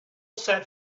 sat